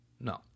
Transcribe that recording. No